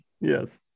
Yes